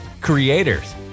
creators